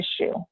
issue